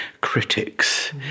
critics